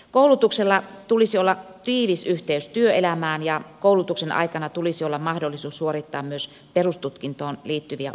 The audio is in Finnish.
koulutuksella tulisi olla tiivis yhteys työelämään ja koulutuksen aikana tulisi olla mahdollisuus suorittaa myös perustutkintoon liittyviä opintoja